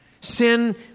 Sin